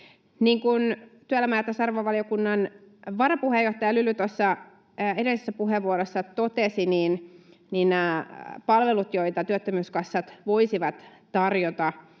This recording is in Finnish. kuin työelämä- ja tasa-arvovaliokunnan varapuheenjohtaja Lyly tuossa edellisessä puheenvuorossaan totesi, niin nämä palvelut, joita työttömyyskassat voisivat tarjota,